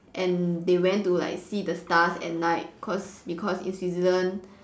and they went to like see the stars at night cause because in Switzerland